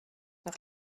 noch